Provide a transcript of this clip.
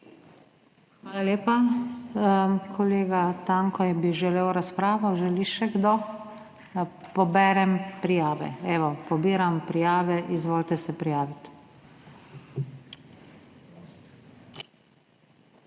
Hvala lepa. Kolega Tanko bi želel razpravo. Želi še kdo? Poberem prijave. Evo, pobiram prijave, izvolite se prijaviti. Prvi